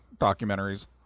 documentaries